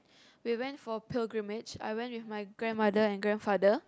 we went for Pilgrimage I went with my grandmother and grandfather